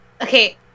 okay